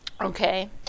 okay